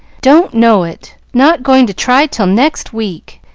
don't know it. not going to try till next week.